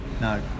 no